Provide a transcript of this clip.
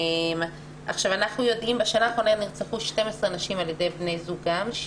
אנחנו יודעים שבשנה האחרונה נרצחו 12 נשים על-ידי בני זוגן,